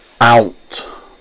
out